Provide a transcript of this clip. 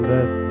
Let